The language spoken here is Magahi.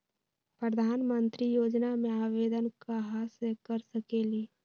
प्रधानमंत्री योजना में आवेदन कहा से कर सकेली?